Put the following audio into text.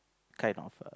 kind of err